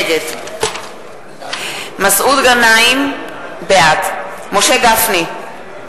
נגד מסעוד גנאים, בעד משה גפני,